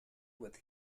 with